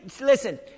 listen